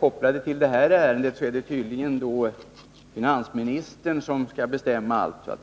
Kopplat till det här ärendet är det tydligen budgetministern som skall bestämma allt. Jag